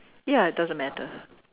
ya it doesn't matter